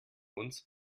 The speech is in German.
uns